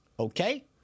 Okay